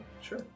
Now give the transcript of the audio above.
sure